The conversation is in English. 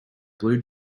blue